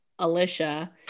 Alicia